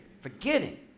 Forgetting